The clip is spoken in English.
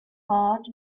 heart